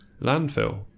landfill